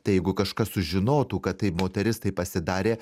tai jeigu kažkas sužinotų kad tai moteris tai pasidarė